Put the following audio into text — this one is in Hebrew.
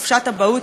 חופשת אבהות,